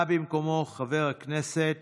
בא במקומו חבר הכנסת